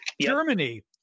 Germany